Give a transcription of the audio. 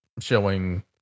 showing